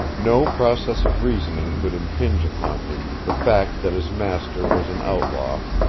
no process of reasoning could impinge upon him the fact that his master was an outlaw,